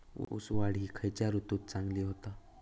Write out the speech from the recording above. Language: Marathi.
ऊस वाढ ही खयच्या ऋतूत चांगली होता?